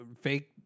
fake